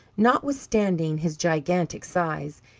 notwithstanding his gigantic size,